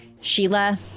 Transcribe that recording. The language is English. Sheila